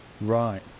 Right